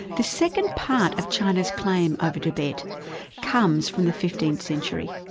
the second part of china's claim over tibet comes from the fifteenth century.